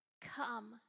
come